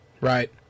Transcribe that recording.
Right